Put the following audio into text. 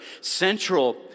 central